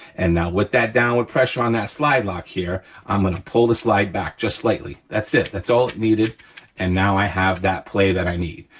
and now with that downward pressure on that slide lock here i'm gonna pull the slide back just slightly. that's it, that's all it needed and now i have that play that i need,